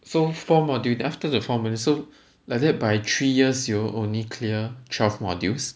so four module then after the four module so like that by three years you all only clear twelve modules